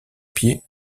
pied